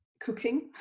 cooking